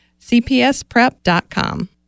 cpsprep.com